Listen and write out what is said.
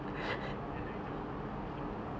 then I then I campur campur with some keropok